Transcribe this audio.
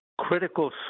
critical